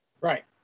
Right